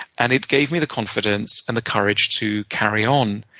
and it gave me the confidence and the courage to carry on.